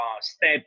step